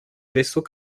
vaisseau